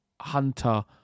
Hunter